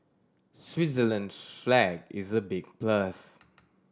Switzerland's flag is a big plus